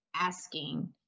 asking